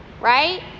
right